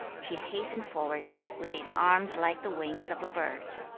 he hastened forward, with his arms like the wings of a bird.